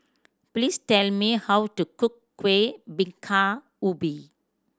please tell me how to cook Kuih Bingka Ubi